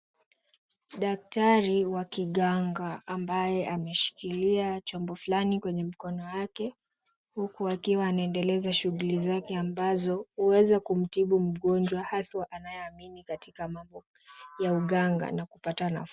Daktari wa kiganga ambaye ameshikilia chombo fulani kwenye mkono wake huku akiwa anaendeleza shughuli zake ambazo huweza kumtibu mgonjwa haswa anayeamini katika mambo ya uganga na kupata nafuu.